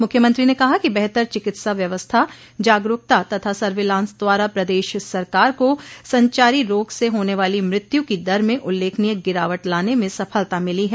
मुख्यमंत्री ने कहा कि बेहतर चिकित्सा व्यवस्था जागरूकता तथा सर्विलांस द्वारा प्रदेश सरकार को संचारी रोग से होने वाली मृत्यु की दर में उल्लेखनीय गिरावट लाने में सफलता मिली है